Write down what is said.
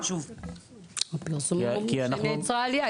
שוב- הפרסומים אומרים שנעצרה העלייה,